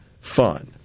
fun